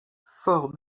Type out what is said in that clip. fort